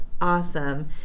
awesome